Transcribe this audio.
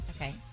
Okay